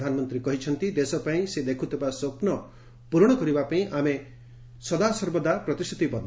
ପ୍ରଧାନମନ୍ତ୍ରୀ କହିଛନ୍ତି ଦେଶପାଇଁ ସେ ଦେଖିଥିବା ସ୍ୱପ୍ନ ପ୍ରରଣ କରିବାପାଇଁ ଆମେ ପ୍ରତିଶ୍ରତିବଦ୍ଧ